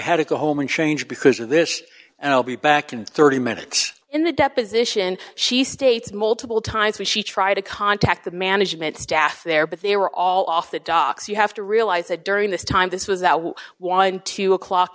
had to go home and change because of this and i'll be back in thirty minutes in the deposition she states multiple times when she tried to contact the management staff there but they were all off the docks you have to realize that during this time this was out twelve o'clock